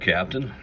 Captain